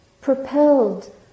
propelled